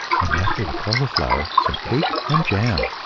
and after the cauliflower, some cake and jam.